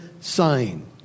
sign